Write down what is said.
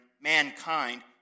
mankind